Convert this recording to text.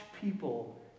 people